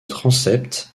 transept